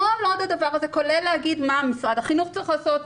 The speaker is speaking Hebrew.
כולל להגיד מה משרד החינוך צריך לעשות,